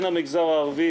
יהיו קיצוצים במשרד המשפטים.